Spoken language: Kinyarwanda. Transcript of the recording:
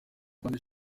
rwanda